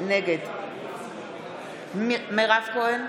נגד מירב כהן,